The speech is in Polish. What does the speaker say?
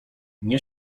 mnie